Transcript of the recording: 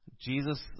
Jesus